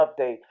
update